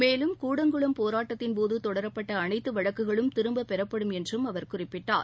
மேலும் கூடங்குளம் போராட்டத்தின் போது தொடரப்பட்ட அனைத்து வழக்குகளும் திரும்பப் பெறப்படும் என்றும் அவர் குறிப்பிட்டார்